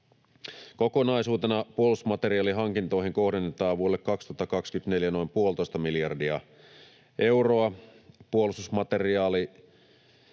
Kokonaisuutena puolustusmateriaalihankintoihin kohdennetaan vuodelle 2024 noin 1,5 miljardia euroa.